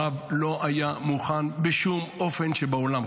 הרב לא היה מוכן בשום אופן שבעולם.